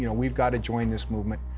you know we've got to join this movement.